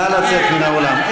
נא לצאת מן האולם.